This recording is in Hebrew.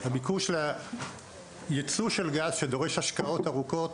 הביקוש לייצוא של גז שדורש השקעות ארוכות